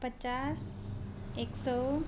पचास एक सय